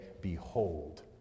Behold